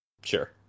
Sure